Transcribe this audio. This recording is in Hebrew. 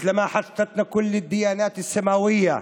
כפי שקרה לכל הדתות השמיימיות.